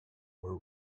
were